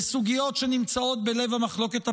לסוגיות שנמצאות בלב המחלוקת הפוליטית.